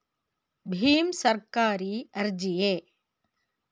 ಭೀಮ್ ಸರ್ಕಾರಿ ಅರ್ಜಿಯೇ?